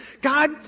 God